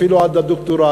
אפילו עד הדוקטורט,